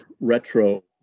retro